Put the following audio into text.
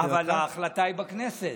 ההחלטה היא בכנסת.